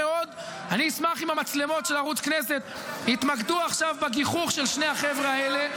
אני אשמח אם המצלמות של ערוץ הכנסת יתמקדו בגיחוך של שני החבר'ה האלה,